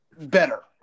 better